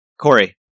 Corey